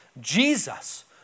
Jesus